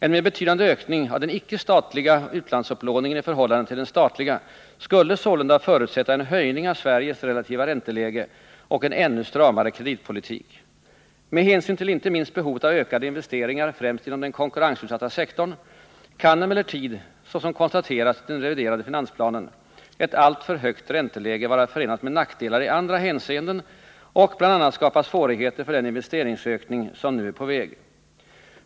En mer betydande ökning av den icke statliga utlandsupplåningen i förhållande till den statliga skulle sålunda förutsätta en höjning av Sveriges relativa ränteläge och en ännu stramare kreditpolitik. Med hänsyn till inte minst behovet av ökade investeringar främst inom den konkurrensutsatta sektorn kan emellertid, såsom konstateras i den reviderade finansplanen, ett alltför högt ränteläge vara förenat med nackdelar i andra hänseenden och bl.a. skapa svårigheter för den investeringsökning som nu är på väg.